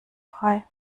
frei